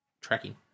tracking